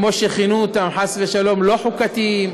כמו שכינו אותם, חס ושלום, לא חוקתיים,